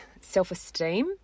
self-esteem